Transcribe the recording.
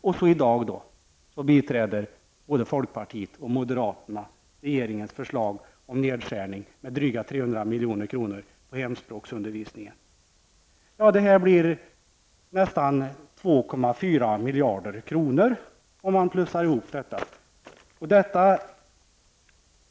I dag biträder både folkpartiet och moderaterna regeringens förslag om nedskärningar med drygt Det här blir nästan 2,4 miljarder kronor om man plussar ihop det.